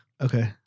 Okay